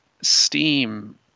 Steam